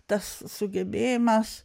tas sugebėjimas